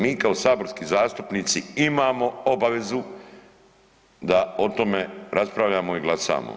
Mi kao saborski zastupnici imamo obavezu da o tome raspravljamo i glasamo.